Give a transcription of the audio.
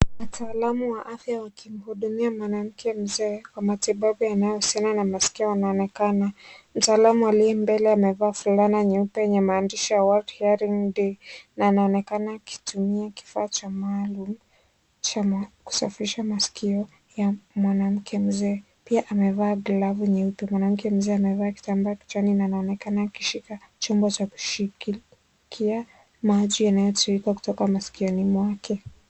Wataalamu wa afya wakimhudumia mwanamke mzee, kwa matibabu yanayohusiana na masikio yanaonekana. Mtaalamu aliyembele amevaa fulana nyeupe yenye maandishi ya World Hearing Day na anaonekana akitumia kifaa cha maalum cha kusafisha maskio ya mwanamke mzee. Pia amevaa glavu nyeupe. Mwanamke mzee amevaa kitambaa kichwani na anaonekana akishika chombo cha kushikia maji yanayotiririka kutoka maskioni mwake.